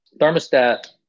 thermostat